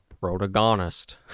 protagonist